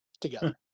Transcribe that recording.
together